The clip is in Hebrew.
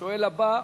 השואל הבא,